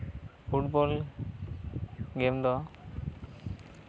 football game ᱫᱚ